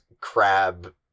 crab